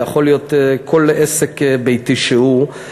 זה יכול להיות כל עסק ביתי שהוא.